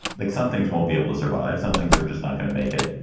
like some things won't be able to survive. some things are just not going to make it.